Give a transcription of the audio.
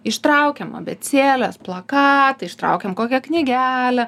ištraukiam abėcėlės plakatai ištraukiam kokią knygelę